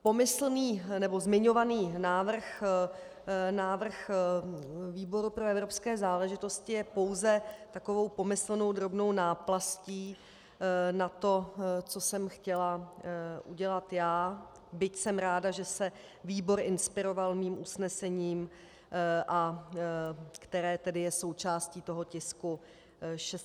Pomyslný, nebo zmiňovaný návrh výboru pro evropské záležitosti je pouze takovou pomyslnou drobnou náplastí na to, co jsem chtěla udělat já, byť jsem ráda, že se výbor inspiroval mým usnesením, které je součástí toho tisku 668E.